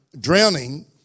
drowning